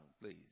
please